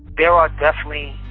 there are definitely